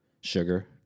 Sugar